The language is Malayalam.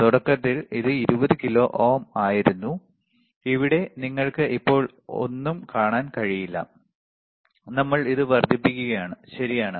തുടക്കത്തിൽ ഇത് 20 കിലോ ഓം ആയിരുന്നു ഇവിടെ നിങ്ങൾക്ക് ഇപ്പോൾ ഒന്നും കാണാൻ കഴിയില്ല നമ്മൾ ഇത് വർദ്ധിപ്പിക്കുകയാണ് ശരിയാണ്